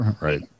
right